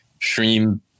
stream